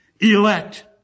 Elect